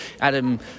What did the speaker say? Adam